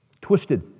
twisted